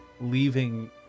leaving